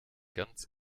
ganz